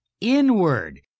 inward